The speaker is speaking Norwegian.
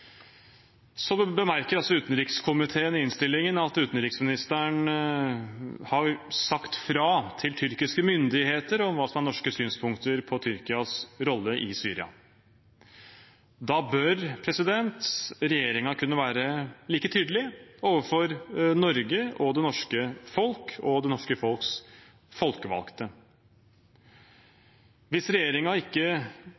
Så bemerker utenrikskomiteen i innstillingen at utenriksministeren har sagt fra til tyrkiske myndigheter om hva som er norske synspunkter på Tyrkias rolle i Syria. Da bør regjeringen kunne være like tydelig overfor Norge, det norske folk og det norske folks folkevalgte.